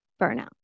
burnout